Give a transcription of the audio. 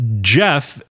Jeff